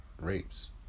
rapes